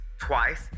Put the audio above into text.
twice